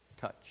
touch